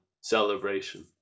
celebration